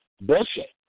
bullshit